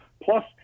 plus